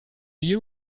you